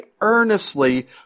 earnestly